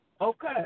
Okay